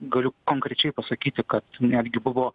galiu konkrečiai pasakyti kad netgi buvo